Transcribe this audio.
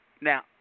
Now